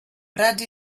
prats